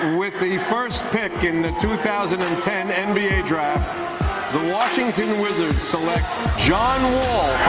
with the first pick in the two thousand and ten and nba draft the washington wizards select john wall